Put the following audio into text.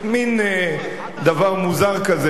מין דבר מוזר כזה,